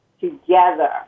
together